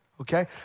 okay